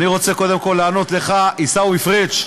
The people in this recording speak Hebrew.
אני רוצה קודם כול לענות לך, עיסאווי פריג',